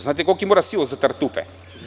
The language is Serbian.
Znate li koliki mora silos za tartufe?